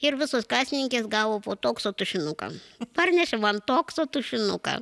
ir visos kasininkės gavo po tokso tušinuką parnešė man tokso tušinuką